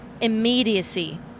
immediacy